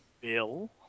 Bill